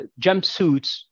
jumpsuits